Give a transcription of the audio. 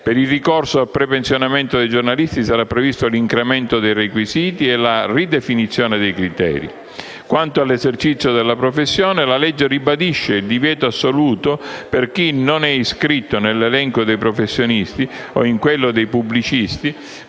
Per il ricorso al prepensionamento dei giornalisti sarà previsto l'incremento dei requisiti e la ridefinizione dei criteri. Quanto all'esercizio della professione, la legge ribadisce il divieto assoluto per chi non è iscritto nell'elenco dei professionisti o in quello dei pubblicisti,